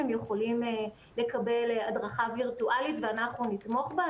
הם יכולים לקבל הדרכה וירטואלית ואנחנו נתמוך בה.